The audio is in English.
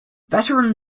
veteran